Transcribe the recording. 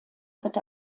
wird